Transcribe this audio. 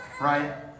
right